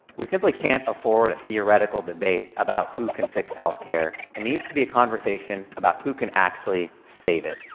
we simply can't afford a theoretical debate about who can fix health care. it needs to be a conversation about who can actually save it.